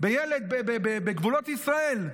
בגבולות ישראל,